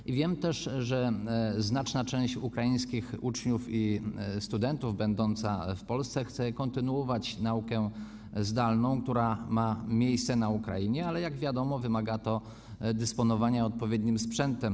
I wiem też, że znaczna część ukraińskich uczniów i studentów będących w Polsce chce kontynuować naukę zdalną, która ma miejsce na Ukrainie, ale jak wiadomo, wymaga to dysponowania odpowiednim sprzętem.